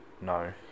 No